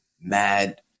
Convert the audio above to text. mad